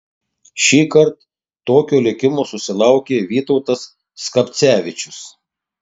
šįkart tokio likimo susilaukė vytautas skapcevičius